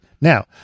Now